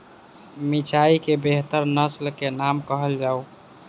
मिर्चाई केँ बेहतर नस्ल केँ नाम कहल जाउ?